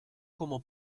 como